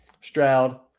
Stroud